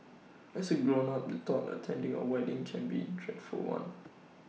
as A grown up the thought of attending A wedding can be dreadful one